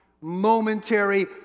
momentary